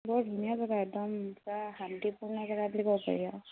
বৰ ধুনীয়া জেগা একদম পূৰা শান্তিপূৰ্ণ জেগা বুলি ক'ব পাৰি আৰু